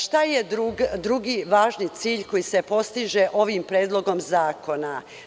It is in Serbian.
Šta je drugi važni cilj koji se postiže ovim predlogom zakona?